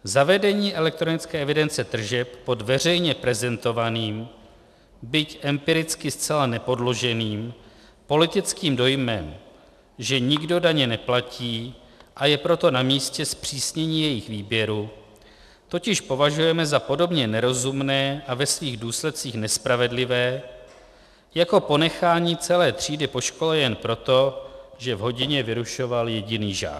Zavedení EET pod veřejně prezentovaným, byť empiricky zcela nepodloženým politickým dojmem, že nikdo daně neplatí, a je proto namístě zpřísnění jejich výběru, totiž považujeme za podobně nerozumné a ve svých důsledcích nespravedlivé, jako ponechání celé třídy po škole jen proto, že v hodině vyrušoval jediný žák.